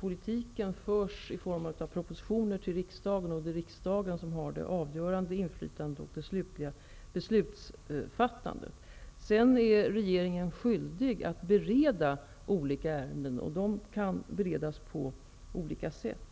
politiken föreslås i form av propositioner till riksdagen, och det är riksdagen som har det avgörande inflytandet och fattar det slutgiltiga beslutet. Sedan är regeringen skyldig att bereda olika ärenden. De kan beredas på olika sätt.